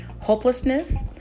Hopelessness